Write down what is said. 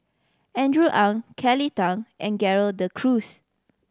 Andrew Ang Kelly Tang and Gerald De Cruz